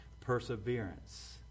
perseverance